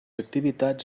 activitats